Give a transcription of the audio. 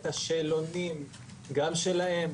את השאלונים גם שלהם,